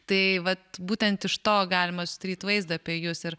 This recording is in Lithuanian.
tai vat būtent iš to galima susidaryt vaizdą apie jus ir